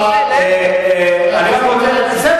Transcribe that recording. להיפך,